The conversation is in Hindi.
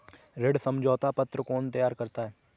ऋण समझौता पत्र कौन तैयार करता है?